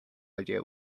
idea